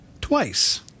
twice